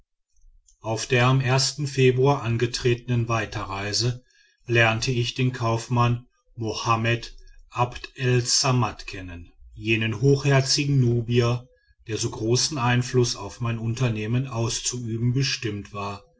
auf der am februar angetretenen weiterreise lernte ich den kaufmann mohammed abd es ssammat kennen jenen hochherzigen nubier der so großen einfluß auf mein unternehmen auszuüben bestimmt war